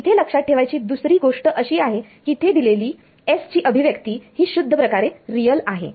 इथे लक्षात ठेवायची दुसरी गोष्ट अशी आहे की इथे दिलेली S ची अभिव्यक्ती ही शूद्ध प्रकारे रियल आहे